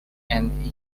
and